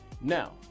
Now